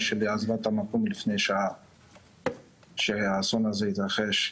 שלי עזבה את המקום לפני שעה שהאסון הזה התרחש,